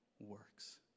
works